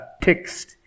text